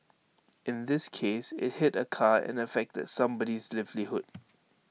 in this case IT hit A car and affected somebody's livelihood